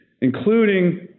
including